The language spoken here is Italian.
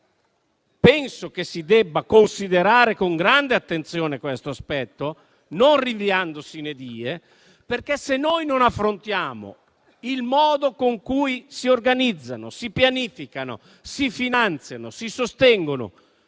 Penso che si debba considerare con grande attenzione questo aspetto, senza rinviarlo *sine die*. Se non affrontiamo il modo in cui si organizzano, si pianificano, si finanziano e si sostengono